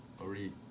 already